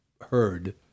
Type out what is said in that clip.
heard